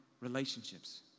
relationships